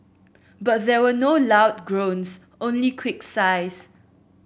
but there were no loud groans only quick sighs